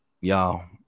y'all